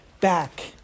back